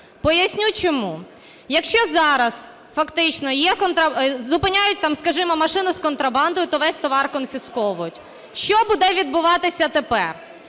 Поясню чому. Якщо зараз фактично зупиняють, скажімо, машину з контрабандою, то весь товар конфісковують, що буде відбуватися тепер.